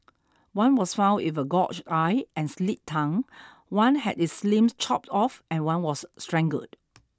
one was found with a gorged eye and slit tongue one had its limbs chopped off and one was strangled